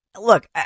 look